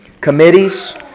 Committees